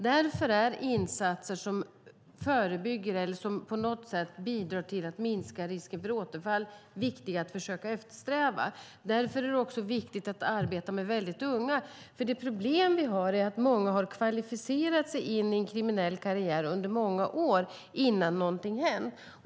Därför är insatser som förebygger eller som på något sätt bidrar till att minska risken för återfall viktiga att försöka eftersträva. Därför är det också viktigt att arbeta med väldigt unga. Problemet är att många har kvalificerat sig in i en kriminell karriär under många år innan någonting hänt.